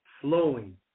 flowing